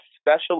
special